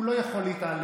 הוא לא יכול להתעלם,